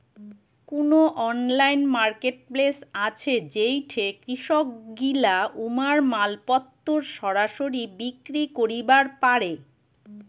কুনো online marketplace আছে যেইঠে কৃষকগিলা উমার মালপত্তর সরাসরি বিক্রি করিবার পারে?